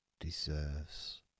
deserves